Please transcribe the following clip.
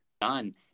done